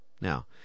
Now